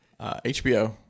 HBO